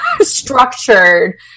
structured